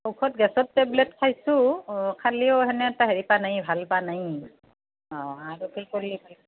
ঔষধ গেছৰ টেবলেট খাইছোঁ অঁ খালেও সেনে এটা হেৰি পোৱা নাই ভাল পোৱা নাই অঁ আগতে কৰিলে